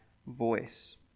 voice